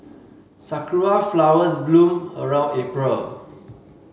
sakura flowers bloom around April